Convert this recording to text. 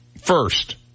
first